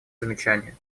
замечание